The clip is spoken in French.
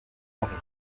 paris